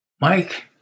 Mike